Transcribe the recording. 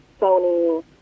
Sony